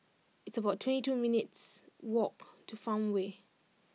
it's about twenty two minutes' walk to Farmway